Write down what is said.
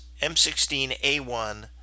m16a1